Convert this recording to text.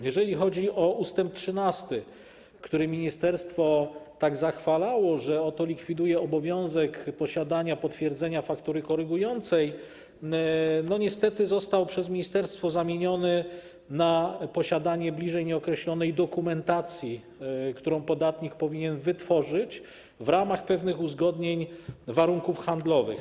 Jeżeli chodzi o ust. 13, który ministerstwo tak zachwalało, że oto likwiduje obowiązek posiadania potwierdzenia faktury korygującej, niestety został przez ministerstwo zamieniony na posiadanie bliżej nieokreślonej dokumentacji, którą podatnik powinien wytworzyć w ramach pewnych uzgodnień warunków handlowych.